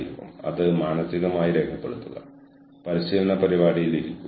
output input അനുപാതം ദീർഘകാലത്തേക്ക് നിലനിർത്തേണ്ടതുണ്ട്